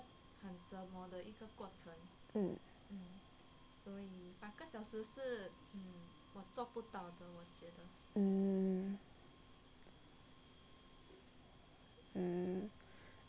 mm